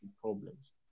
problems